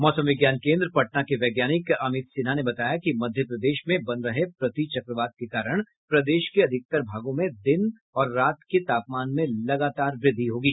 मौसम विज्ञान केन्द्र पटना वैज्ञानिक अमित सिन्हा ने बताया कि मध्य प्रदेश में बन रहे प्रतिचक्रवात के कारण प्रदेश के अधिकतर भागों में दिन और रात के तापमान में लगातार वृद्धि होगी